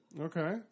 Okay